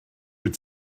wyt